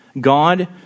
God